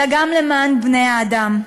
אלא למען בני-האדם.